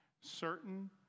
certain